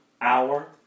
hour